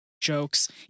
jokes